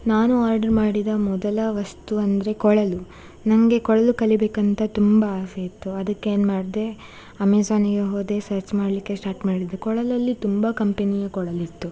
ನಾನು ಆಡ್ರ್ ಮಾಡಿದ ಮೊದಲ ವಸ್ತು ಅಂದರೆ ಕೊಳಲು ನನಗೆ ಕೊಳಲು ಕಲಿಬೇಕಂತ ತುಂಬ ಆಸೆಯಿತ್ತು ಅದಕ್ಕೇನು ಮಾಡಿದೆ ಅಮೆಝಾನಿಗೆ ಹೋದೆ ಸರ್ಚ್ ಮಾಡಲಿಕ್ಕೆ ಸ್ಟಾಟ್ ಮಾಡಿದೆ ಕೊಳಲಲ್ಲಿ ತುಂಬ ಕಂಪೆನಿಯ ಕೊಳಲಿತ್ತು